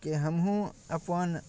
कि हमहूँ अपन